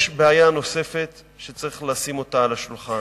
יש בעיה נוספת שצריך לשים על השולחן.